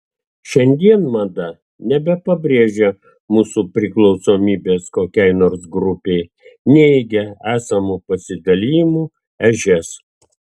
šiandien mada nebepabrėžia mūsų priklausomybės kokiai nors grupei neigia esamų pasidalijimų ežias